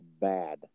bad